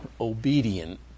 obedient